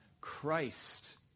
Christ